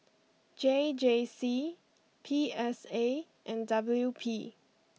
J J C P S A and W P